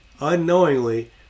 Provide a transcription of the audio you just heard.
Unknowingly